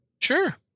Sure